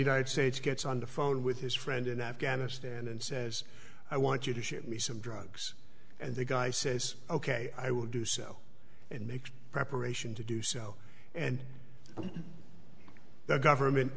needed states gets on the phone with his friend in afghanistan and says i want you to ship me some drugs and the guy says ok i will do so and make preparation to do so and the government